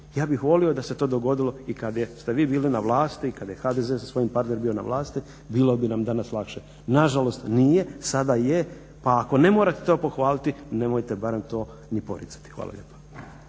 Ja bih volio da se to dogodilo i kada ste vi bili na vlasti i kada je HDZ sa svojim …/Govornik se ne razumije./… bio na vlasti, bilo bi nam danas lakše. Nažalost nije, sada je, pa ako ne morate to pohvaliti, nemojte bare to niti poricati. Hvala lijepa.